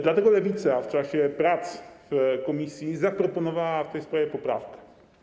Dlatego Lewica w czasie prac komisji zaproponowała w tej sprawie poprawkę.